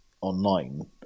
online